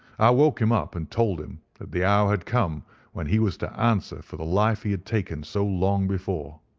i woke him up and told him that the hour had come when he was to answer for the life he had taken so long before.